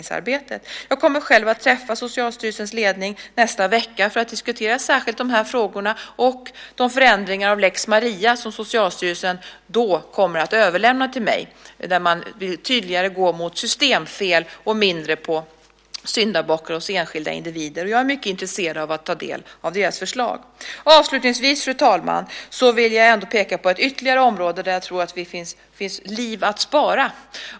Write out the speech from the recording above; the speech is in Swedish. Själv kommer jag att träffa Socialstyrelsens ledning nästa vecka för att särskilt diskutera dessa frågor och de förslag till förändringar av lex Maria som Socialstyrelsen då kommer att överlämna till mig. Man vill alltså på ett tydligare sätt fokusera på systemfelen och mindre på syndabockar bland enskilda individer. Jag är mycket intresserad av att ta del av deras förslag. Avslutningsvis vill jag, fru talman, peka på ytterligare ett område där jag tror att det finns liv att spara.